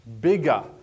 bigger